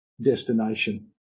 destination